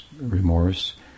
remorse